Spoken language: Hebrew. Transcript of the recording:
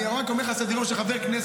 אני רק אומר לך על סדר-יום של חבר כנסת,